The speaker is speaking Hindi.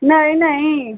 नहीं नहीं